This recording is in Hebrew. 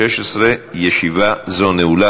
הנושא יועבר לדיון במליאה.